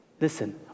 Listen